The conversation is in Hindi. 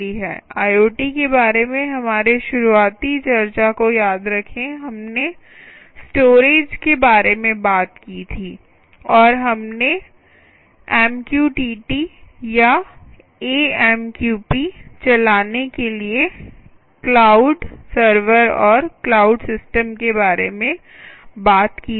आईओटी के बारे में हमारे शुरुआती परिचय को याद रखें हमने स्टोरेज के बारे में बात की थी और हमने एमक्यूटीटी या एएमक्यूपी चलाने के लिए क्लाउड सर्वर और क्लाउड सिस्टम के बारे में बात की थी